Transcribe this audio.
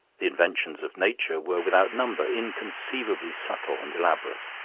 the inventions of nature were without number, inconceivably subtle and elaborate.